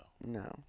no